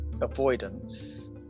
avoidance